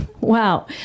Wow